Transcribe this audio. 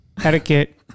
Etiquette